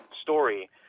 story